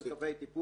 של קווי טיפוח,